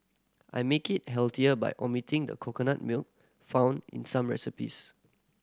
I make it healthier by omitting the coconut milk found in some recipes